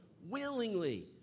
Willingly